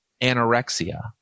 anorexia